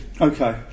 okay